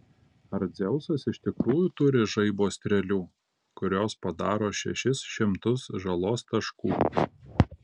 ar dzeusas iš tikrųjų turi žaibo strėlių kurios padaro šešis šimtus žalos taškų